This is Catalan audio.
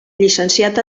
llicenciat